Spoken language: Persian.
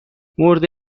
مرده